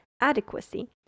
adequacy